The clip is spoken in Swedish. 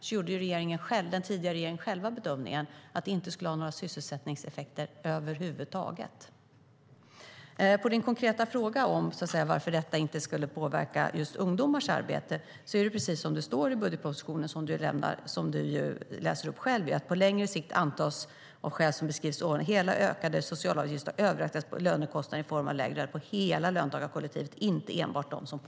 Den tidigare regeringen gjorde själv bedömningen att det inte skulle ha några sysselsättningseffekter över huvud taget.